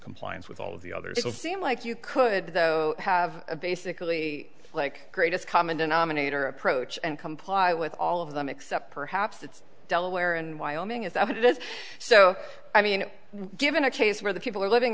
compliance with all of the others it will seem like you could though have basically like greatest common denominator approach and comply with all of them except perhaps it's delaware and wyoming is that it is so i mean given a case where the people are living